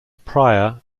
prior